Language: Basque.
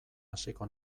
hasiko